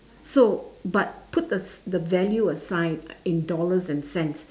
so but put the the value aside in dollars and cents